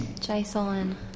Jason